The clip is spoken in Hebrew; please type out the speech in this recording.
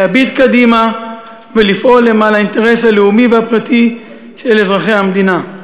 להביט קדימה ולפעול למען האינטרס הלאומי והפרטי של אזרחי המדינה.